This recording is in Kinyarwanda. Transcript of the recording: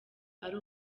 ari